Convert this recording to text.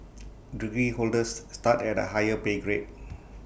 degree holders start at A higher pay grade